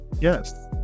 Yes